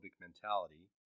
mentality